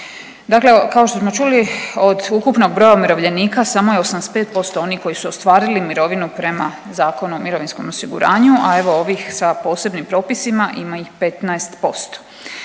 Dakle, kao što smo čuli od ukupnog broja umirovljenika samo je 85% onih koji su ostvarili mirovinu prema Zakonu o mirovinskom osiguranju, a evo ovih sa posebnim propisima ima ih 15%.